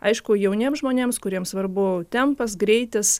aišku jauniems žmonėms kuriems svarbu tempas greitis